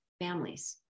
families